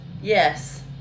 Yes